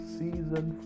season